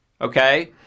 okay